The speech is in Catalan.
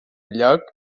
lloc